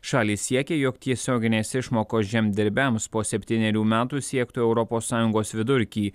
šalys siekia jog tiesioginės išmokos žemdirbiams po septynerių metų siektų europos sąjungos vidurkį